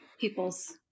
people's